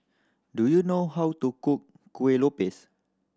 do you know how to cook Kuih Lopes